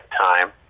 time